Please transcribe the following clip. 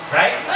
right